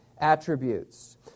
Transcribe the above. attributes